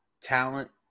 talent